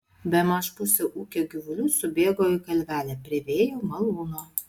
bemaž pusė ūkio gyvulių subėgo į kalvelę prie vėjo malūno